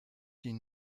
die